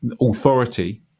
authority –